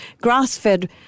grass-fed